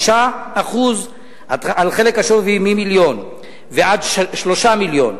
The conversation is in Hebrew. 5%; על חלק השווי מ-1 מיליון ועד 3 מיליון,